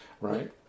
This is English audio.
right